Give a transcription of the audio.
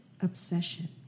Obsession